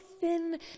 thin